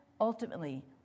ultimately